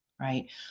right